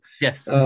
yes